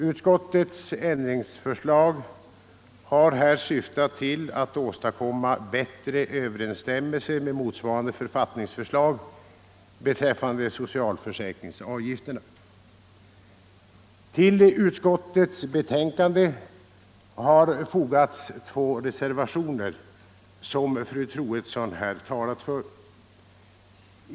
Utskottets ändringsförslag har här syftat till att åstadkomma bättre överensstämmelse med motsvarande författningsförslag beträffande social Till utskottets betänkande har fogats två reservationer, som fru Troedsson här talat för.